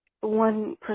One